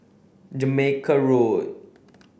Jamaica Road